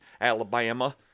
Alabama